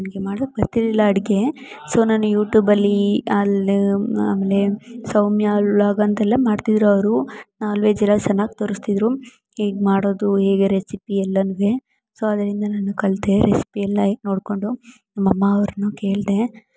ನನಗೆ ಮಾಡೋಕ್ಕೆ ಬರ್ತಿರಲಿಲ್ಲ ಅಡುಗೆ ಸೊ ನಾನು ಯೂಟೂಬಲ್ಲಿ ಅಲ್ಲಿ ಆಮೇಲೆ ಸೌಮ್ಯ ಲಾಗ್ ಅಂತೆಲ್ಲ ಮಾಡ್ತಿದ್ದರು ಅವರು ನಾಲ್ ವೆಜ್ಜೆಲ್ಲ ಚೆನ್ನಾಗಿ ತೋರಿಸ್ತಿದ್ರು ಹೇಗ್ ಮಾಡೋದು ಹೇಗೆ ರೆಸಿಪಿಯಲ್ಲನು ಸೊ ಆದರಿಂದ ನಾನು ಕಲಿತೆ ರೆಸಿಪಿಯೆಲ್ಲ ಈಗ ನೋಡಿಕೊಂಡು ನಮ್ಮ ಅಮ್ಮ ಅವ್ರನ್ನು ಕೇಳಿದೆ